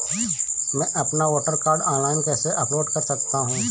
मैं अपना voter card online कैसे अपलोड कर सकता हूँ?